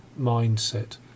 mindset